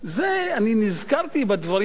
אני נזכרתי בדברים האלו,